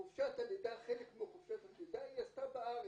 חלק מחופשת הלידה היא עשתה בארץ,